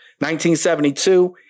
1972